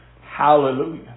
Hallelujah